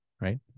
right